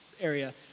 area